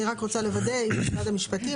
אני רק רוצה לוודא עם משרד המשפטים,